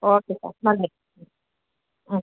okay sir നന്ദി okay